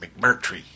McMurtry